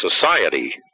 society